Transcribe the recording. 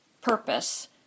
purpose